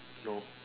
no